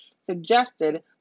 suggested